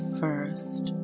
first